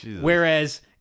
Whereas